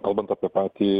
kalbant apie patį